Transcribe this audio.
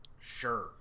Sure